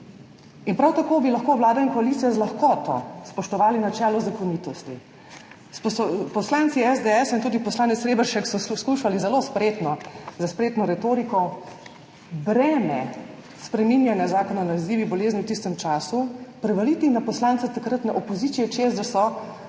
Prav tako bi lahko Vlada in koalicija z lahkoto spoštovali načelo zakonitosti. Poslanci SDS in tudi poslanec Reberšek so poskušali zelo spretno, s spretno retoriko breme spreminjanja Zakona o nalezljivih bolezni v tistem času prevaliti na poslance takratne opozicije, češ da so